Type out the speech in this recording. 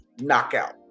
knockout